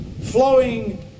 flowing